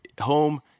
home